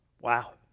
Wow